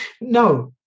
no